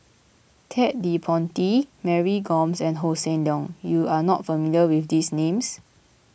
Ted De Ponti Mary Gomes and Hossan Leong you are not familiar with these names